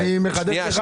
אני מחדד לך.